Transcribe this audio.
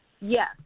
Yes